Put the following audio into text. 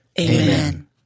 Amen